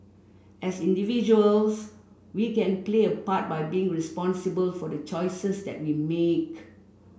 as individuals we can play a part by being responsible for the choices that we make